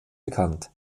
bekannt